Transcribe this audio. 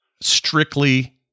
strictly